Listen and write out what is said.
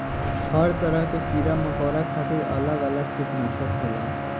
हर तरह के कीड़ा मकौड़ा खातिर अलग अलग किटनासक होला